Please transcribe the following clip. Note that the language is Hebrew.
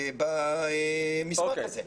בניסוח הזה.